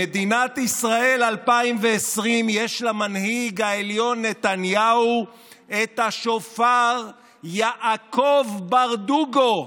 במדינת ישראל 2020 יש למנהיג העליון נתניהו את השופר יעקב ברדוגו.